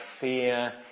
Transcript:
fear